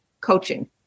coaching